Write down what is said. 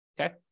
Okay